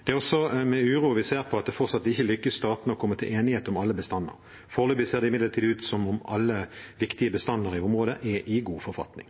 Det er også med uro vi ser på at det fortsatt ikke lykkes statene å komme til enighet om alle bestander. Foreløpig ser det imidlertid ut som om alle viktige bestander i området er i god forfatning.